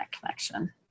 connection